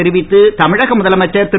தெரிவித்து தமிழக முதலமைச்சர் திரு